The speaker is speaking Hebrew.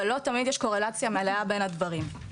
אבל לא תמיד יש קורלציה מלאה בין הדברים.